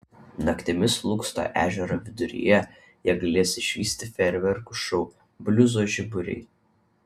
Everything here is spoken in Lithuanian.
naktimis lūksto ežero viduryje jie galės išvysti fejerverkų šou bliuzo žiburiai